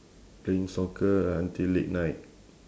playing soccer until late night